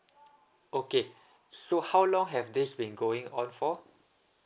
okay so how long have this been going on for